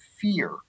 fear